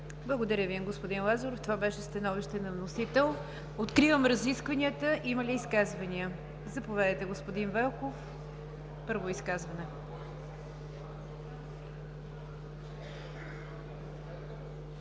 Благодаря Ви, господин Лазаров. Това беше становище на вносител. Откривам разискванията. Има ли изказвания? Заповядайте, господин Велков – първо изказване.